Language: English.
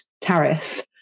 tariff